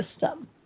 system